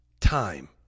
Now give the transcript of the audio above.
time